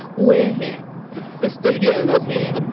we're here the studio is here.